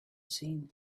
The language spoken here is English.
seen